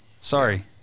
Sorry